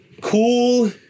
Cool